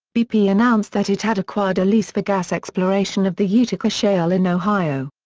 bp announced that it had acquired a lease for gas exploration of the utica shale in ohio.